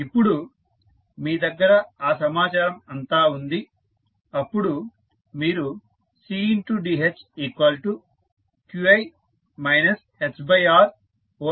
ఇప్పుడు మీ దగ్గర ఆ సమాచారం అంతా ఉంది అప్పుడు మీరు Cdh qi hRdt అని వ్రాయవచ్చు